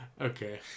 Okay